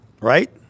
right